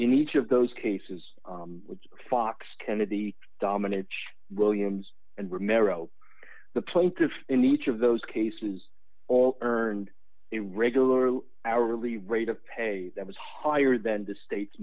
in each of those cases fox kennedy dominated williams and remember the plaintiffs in each of those cases all turned a regular hourly rate of pay that was higher than the state